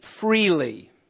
freely